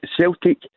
Celtic